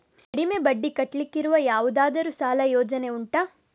ಕಡಿಮೆ ಬಡ್ಡಿ ಕಟ್ಟಲಿಕ್ಕಿರುವ ಯಾವುದಾದರೂ ಸಾಲ ಯೋಜನೆ ಉಂಟಾ